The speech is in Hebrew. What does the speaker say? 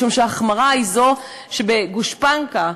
משום שההחמרה היא זו שמקבלת גושפנקה,